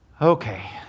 Okay